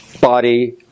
body